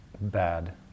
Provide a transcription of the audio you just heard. Bad